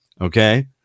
okay